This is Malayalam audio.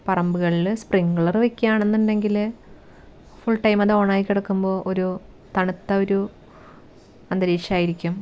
പറമ്പുകളിൽ സ്പ്രിങ്ക്ലർ വയ്ക്കുക ആണെന്നുണ്ടെങ്കിൽ ഫുൾടൈം അത് ഓണായി കിടക്കുമ്പോൾ ഒരു തണുത്ത ഒരു അന്തരീക്ഷമായിരിക്കും